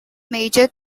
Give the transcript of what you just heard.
major